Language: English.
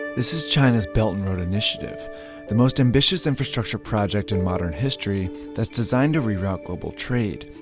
this is china's belt and road initiative the most ambitious infrastructure project in modern history that's designed to reroute global trade.